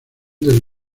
del